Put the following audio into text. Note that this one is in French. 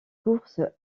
course